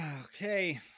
Okay